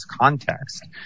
context